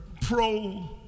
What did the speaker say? pro